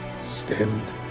Stand